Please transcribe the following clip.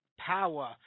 Power